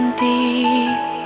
deep